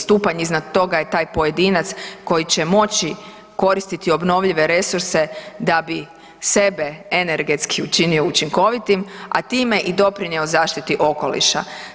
Stupanj iznad toga je taj pojedinac koji će moći koristiti obnovljive resurse da bi sebe energetski učinio učinkovitim, a time i doprinio zaštiti okoliša.